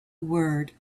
word